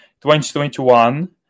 2021